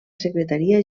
secretaria